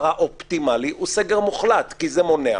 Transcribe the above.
ומבחינתה הדבר האופטימלי הוא סגר מוחלט כי זה מונע.